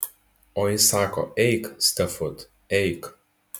o jis sako eik stefut eik